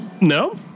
No